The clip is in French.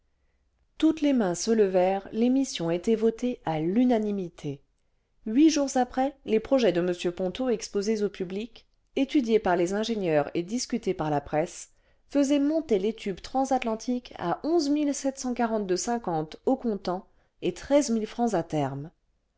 toutes les mains se levèrent l'émission était votée à l'unanimité huit jours après les projets de m pont'o expnsés au public étudiés par les ingénieurs et discutés par la presse faisaient monter les tubes transatlantiques à au comptant et francs à terme